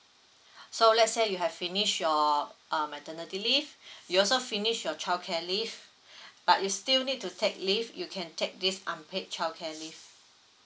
so let's say you have finish your uh maternity leave you also finish your childcare leave but you still need to take leave you can take this unpaid childcare leave